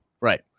Right